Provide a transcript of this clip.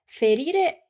Ferire